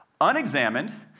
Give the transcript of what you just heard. unexamined